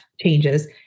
changes